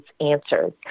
answers